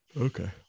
Okay